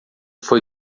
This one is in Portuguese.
foi